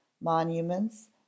monuments